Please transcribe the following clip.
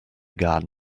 garden